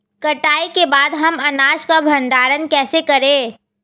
कटाई के बाद हम अनाज का भंडारण कैसे करें?